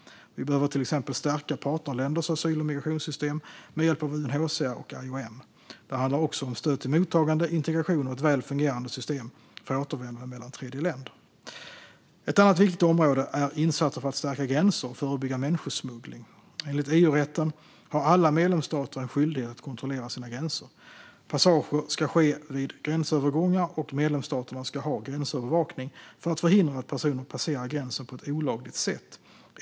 Vi behöver till exempel stärka partnerländers asyl och migrationssystem med hjälp av UNHCR och IOM. Det handlar också om stöd till mottagande, integration och ett väl fungerande system för återvändande mellan tredjeländer. Ett annat viktigt område är insatser för att stärka gränser och förebygga människosmuggling. Enligt EU-rätten har alla medlemsstater en skyldighet att kontrollera sina gränser. Passager ska ske vid gränsövergångar, och medlemsstaterna ska ha gränsövervakning för att förhindra att personer passerar gränsen på ett olagligt sätt.